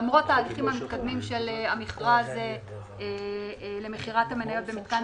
למרות ההליכים המתקדמים של המכרז למכירת המניות במתקן